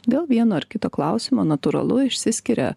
dėl vieno ar kito klausimo natūralu išsiskiria